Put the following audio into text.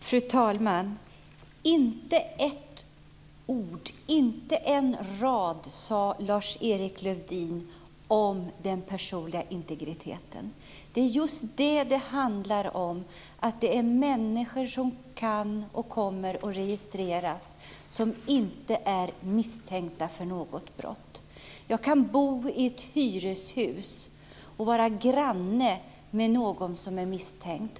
Fru talman! Inte ord, inte en rad, sade Lars-Erik Lövdén om den personliga integriteten. Det är just det det handlar om. Människor som inte är misstänkta för något brott kan och kommer att registreras. Jag kan bo i ett hyreshus och vara granne med någon som är misstänkt.